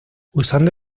usando